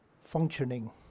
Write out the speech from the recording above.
functioning